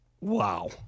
Wow